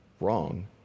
wrong